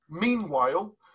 meanwhile